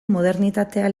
modernitatea